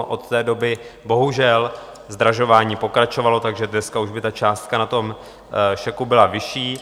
Od té doby bohužel zdražování pokračovalo, takže dneska už by ta částka na tom šeku byla vyšší.